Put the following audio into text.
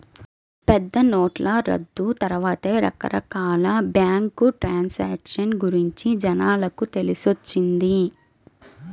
పెద్దనోట్ల రద్దు తర్వాతే రకరకాల బ్యేంకు ట్రాన్సాక్షన్ గురించి జనాలకు తెలిసొచ్చింది